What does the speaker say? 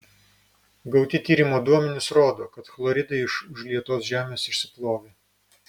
gauti tyrimo duomenys rodo kad chloridai iš užlietos žemės išsiplovė